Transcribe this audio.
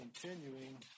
continuing